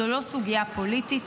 זו לא סוגיה פוליטית,